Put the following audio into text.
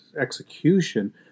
execution